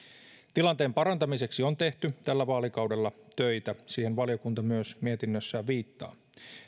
tilanteen parantamiseksi on tehty tällä vaalikaudella töitä siihen valiokunta myös mietinnössään viittaa